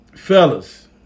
Fellas